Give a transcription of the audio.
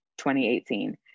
2018